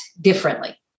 differently